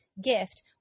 gift